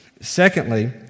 Secondly